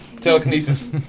Telekinesis